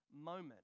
moment